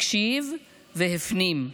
הקשיב והפנים,